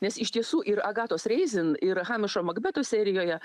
nes iš tiesų ir agatos reizin ir hamišo makbeto serijoje